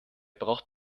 braucht